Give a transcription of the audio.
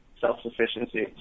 self-sufficiency